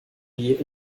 die